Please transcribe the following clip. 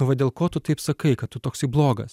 o va dėl ko tu taip sakai kad tu toksai blogas